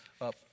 up